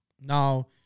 Now